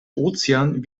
ozean